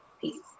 peace